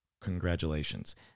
Congratulations